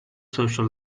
social